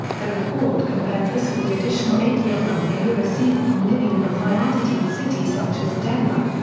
the report compared this with the additional eighty ah mrem per year received from living in a high altitude city such as denver.